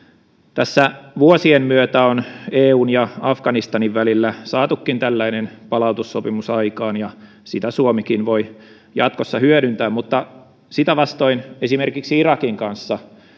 tässä vuosien myötä on eun ja afganistanin välillä saatukin tällainen palautussopimus aikaan ja sitä suomikin voi jatkossa hyödyntää mutta sitä vastoin esimerkiksi irakin kanssa